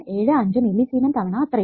75 മില്ലിസീമെൻ തവണ അത്രയും